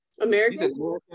American